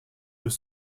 deux